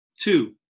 Two